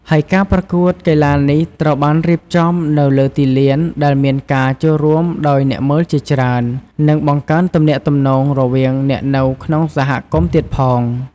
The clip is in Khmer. ហើយការប្រកួតកីឡានេះត្រូវបានរៀបចំនៅលើទីលាន ដែលមានការចូលរួមដោយអ្នកមើលជាច្រើន និងបង្កើនទំនាក់ទំនងរវាងអ្នកនៅក្នុងហគមន៍ទៀតផង។